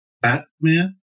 Batman